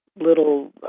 little